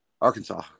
Arkansas